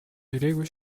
ирээгүй